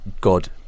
god